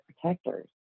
protectors